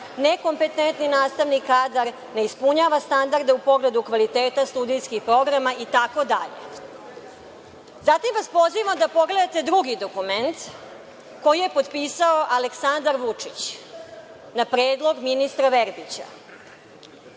nekompetentni nastavni kadar, ne ispunjava standarde u pogledu kvaliteta studijskih programa itd. Pozivam vas da pogledate drugi dokument koji je potpisao Aleksandar Vučić na predlog ministra Verbića,